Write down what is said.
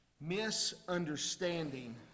Misunderstanding